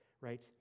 right